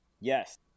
Yes